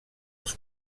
els